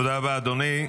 תודה רבה, אדוני.